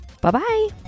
Bye-bye